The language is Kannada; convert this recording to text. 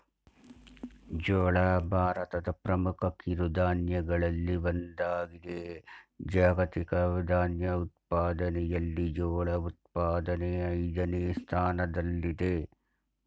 ಜೋಳ ಭಾರತದ ಪ್ರಮುಖ ಕಿರುಧಾನ್ಯಗಳಲ್ಲಿ ಒಂದಾಗಿದೆ ಜಾಗತಿಕ ಧಾನ್ಯ ಉತ್ಪಾದನೆಯಲ್ಲಿ ಜೋಳ ಉತ್ಪಾದನೆ ಐದನೇ ಸ್ಥಾನದಲ್ಲಿದೆ